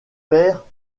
père